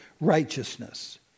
righteousness